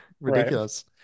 ridiculous